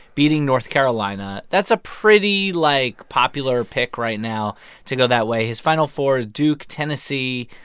beating north carolina. that's a pretty, like, popular pick right now to go that way. his final four is duke, tennessee,